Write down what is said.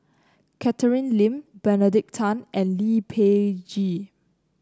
Catherine Lim Benedict Tan and Lee Peh Gee